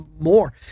more